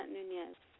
Nunez